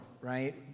right